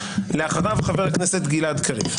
אחריו חבר הכנסת גלעד קריב.